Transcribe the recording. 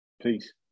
Peace